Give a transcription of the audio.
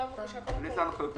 איזה הנחיות?